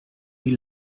wie